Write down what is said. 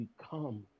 become